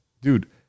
Dude